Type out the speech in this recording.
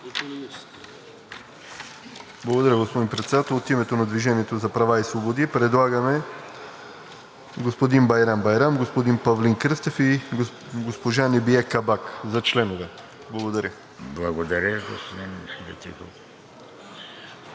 Благодаря, господин Председател. От името на „Движение за права и свободи“ предлагаме господин Байрам Байрам, господин Павлин Кръстев и госпожа Небие Кабак за членове. Благодаря. ПРЕДСЕДАТЕЛ ВЕЖДИ